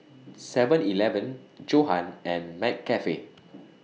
Seven Eleven Johan and McCafe